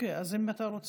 אוקיי, אז אם אתה רוצה,